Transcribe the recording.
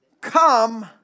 come